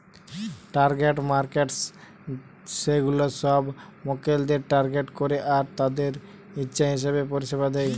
target markets সেগুলা সব মক্কেলদের টার্গেট করে আর তাদের ইচ্ছা হিসাবে পরিষেবা দেয়